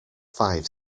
five